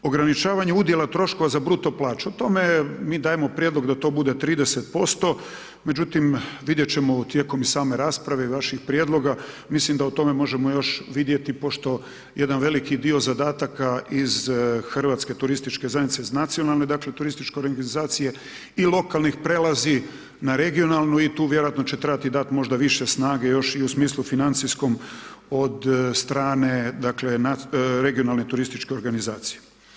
Ograničavanje udjela troškova za bruto plaće, o tome je, mi dajemo prijedlog da to bude 30%, međutim, vidjeti ćemo tijekom i same rasprave i vaših prijedloga, mislim da o tome možemo još vidjeti, pošto, jedan veliki dio zadataka iz Hrvatske turističke zajednice, iz nacionalne dakle, turističke reorganizacije i lokalnih prelazi na regionalnu i tu vjerojatno će trebati i dati možda više snage u smislu financijskom od strane regionalne turističke organizacije.